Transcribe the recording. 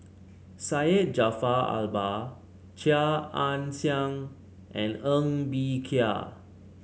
Syed Jaafar Albar Chia Ann Siang and Ng Bee Kia